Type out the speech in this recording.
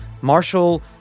marshall